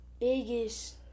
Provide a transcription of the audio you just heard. biggest